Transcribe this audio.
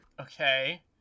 Okay